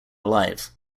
alive